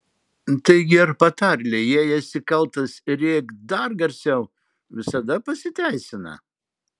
taigi ar patarlė jei esi kaltas rėk dar garsiau visada pasiteisina